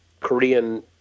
Korean